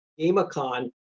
GameCon